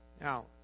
now